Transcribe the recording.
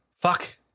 Fuck